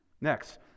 Next